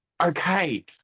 okay